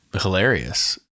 hilarious